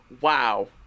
wow